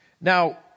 now